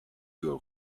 your